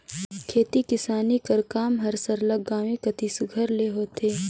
खेती किसानी कर काम हर सरलग गाँवें कती सुग्घर ले होथे